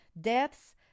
Deaths